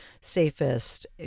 safest